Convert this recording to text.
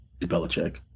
Belichick